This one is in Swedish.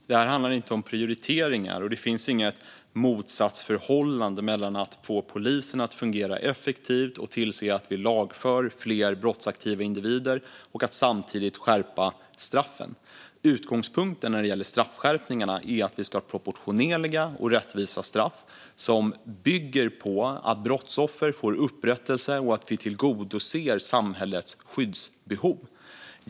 Fru talman! Det här handlar inte om prioriteringar. Det finns inget motsatsförhållande mellan att få polisen att fungera effektivt, att tillse att fler brottsaktiva individer lagförs, och att samtidigt skärpa straffen. Utgångspunkten när det gäller straffskärpningarna är att det ska vara proportionerliga och rättvisa straff som bygger på att brottsoffer får upprättelse och att samhällets skyddsbehov tillgodoses.